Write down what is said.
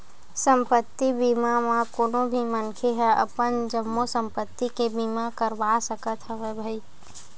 संपत्ति बीमा म कोनो भी मनखे ह अपन जम्मो संपत्ति के बीमा करवा सकत हवय भई